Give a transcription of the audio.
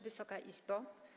Wysoka Izbo!